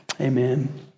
Amen